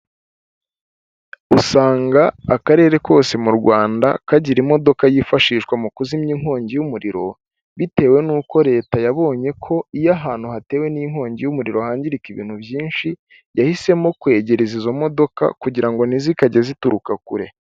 Usanga akarere kose mu Rwanda, kagira imodoka yifashishwa mu kuzimya inkongi y'umuriro, bitewe n'uko leta yabonye ko iyo ahantu hatewe n'inkongi y'umuriro, hangirika ibintu byinshi, yahisemo kwegereza izo modoka kugira ngo ntizikajye zituruka kure.